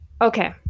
Okay